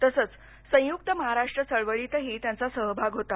तसंच संयुक्त महाराष्ट्र चळवळीतही त्यांचा सहभाग होता